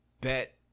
bet